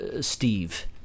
Steve